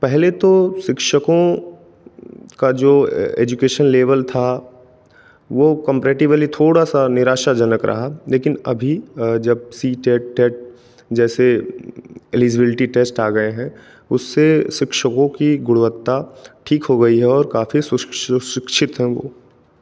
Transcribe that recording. पहले तो शिक्षकों का जो एजुकेशन लेवल था वो कम्पैरटिव्ली थोड़ा सा निराशाजनक रहा लेकिन अभी जब सी टेट टेट जैसे एलिजिबिलिटी टेस्ट आ गए है उससे शिक्षकों की गुणवत्ता ठीक हो गई है और काफ़ी है वो